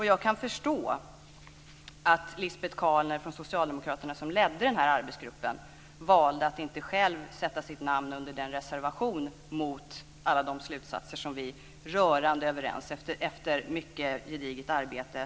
Jag kan förstå att Lisbet Calner från socialdemokraterna som ledde arbetsgruppen valde att inte själv sätta sitt namn under reservationen mot alla de slutsatser som vi efter gediget arbete var rörande överens om.